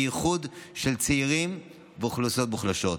בייחוד של צעירים ואוכלוסיות מוחלשות.